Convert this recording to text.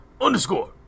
underscore